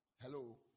Hello